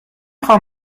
خوام